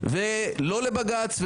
לא לבג"ץ,